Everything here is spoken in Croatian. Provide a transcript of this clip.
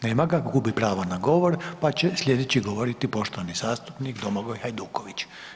Nema ga, gubi pravo na govor pa će sljedeći govoriti poštovani zastupnik Domagoj Hajduković.